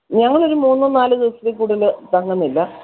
ഞങ്ങളൊരു മൂന്ന് നാല് ദിവസത്തിൽ കൂടുതൽ തങ്ങുന്നില്ല